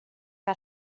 que